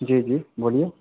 جی جی بولیے